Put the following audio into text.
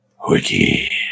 Wiki